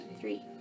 Three